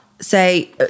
say